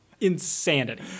Insanity